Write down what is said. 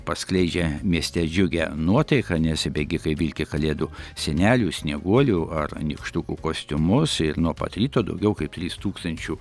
paskleidžia mieste džiugią nuotaiką nes bėgikai vilki kalėdų senelių snieguolių ar nykštukų kostiumus ir nuo pat ryto daugiau kaip trys tūkstančių